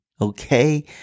Okay